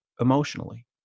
emotionally